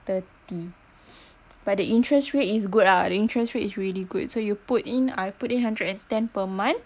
thirty but the interest rate is good ah the interest rate is really good so you put in I put in hundred and ten per month